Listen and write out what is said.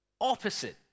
opposite